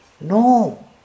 No